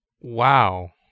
wow